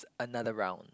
another round